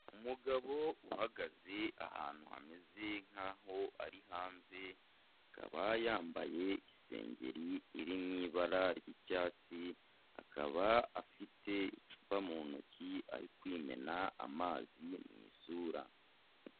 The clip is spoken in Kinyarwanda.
Umugabo uhagaze ahantu hameze nkaho ari hanze, akaba yambaye isengeri iri mu ibara ry'icyatsi, akaba afite icupa mu ntoki, ari kwimena amazi mu isura.